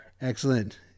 Excellent